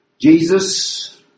Jesus